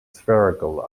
spherical